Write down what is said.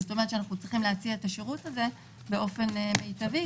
זאת אומרת שאנחנו צריכים להציע את השירות הזה באופן מיטבי.